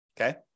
Okay